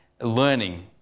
learning